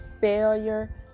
failure